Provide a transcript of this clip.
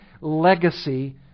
legacy